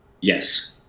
Yes